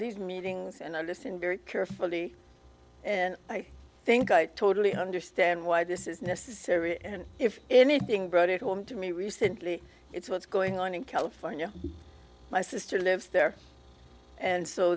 these meetings and i listen very carefully and i think i totally understand why this is necessary and if anything brought it home to me recently it's what's going on in california my sister lives there and so